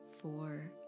Four